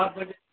اَکھ مِنٹ